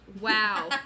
Wow